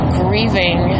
grieving